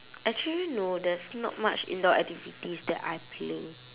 actually no there's not much indoor activities that I play